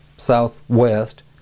Southwest